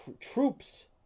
troops